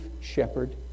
shepherd